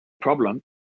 problem